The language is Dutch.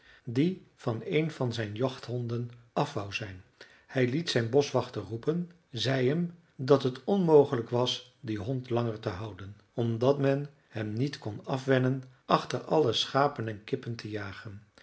die van een van zijn jachthonden af wou zijn hij liet zijn boschwachter roepen zei hem dat het onmogelijk was dien hond langer te houden omdat men hem niet kon afwennen achter alle schapen en kippen te jagen